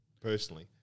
personally